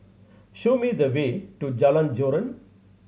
show me the way to Jalan Joran